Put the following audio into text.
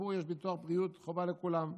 "בסינגפור יש ביטוח בריאות חובה לכולם.